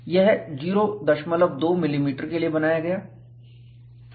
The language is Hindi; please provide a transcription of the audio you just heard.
यह 02 मिलीमीटर के लिए बनाया गया है